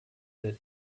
that